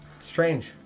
Strange